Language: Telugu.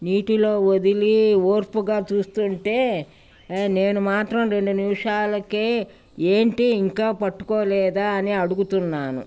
నీటిలో వదిలి ఓర్పుగా చూస్తుంటే నేను మాత్రం రెండు నిమిషాలకే ఏంటి ఇంకా పట్టుకోలేదా అని అడుగుతున్నాను